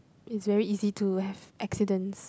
is very easy to have accident